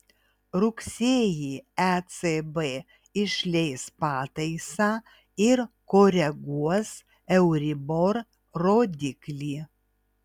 rugsėjį ecb išleis pataisą ir koreguos euribor rodiklį